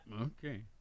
Okay